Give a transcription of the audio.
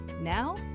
Now